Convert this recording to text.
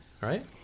right